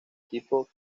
tipo